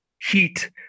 heat